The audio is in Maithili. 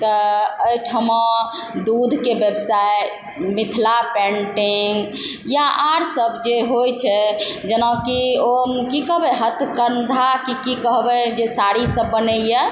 तऽ अइ ठमा दूधके व्यवसाय मिथिला पेन्टिंग या आओर सब जे होइ छै जेना कि ओ की कहबय हथकन्घा कि की कहबय जे साड़ी सब बनइए